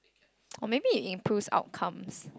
or maybe it improves outcomes